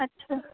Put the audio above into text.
अच्छा